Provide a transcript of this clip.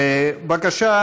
חבר הכנסת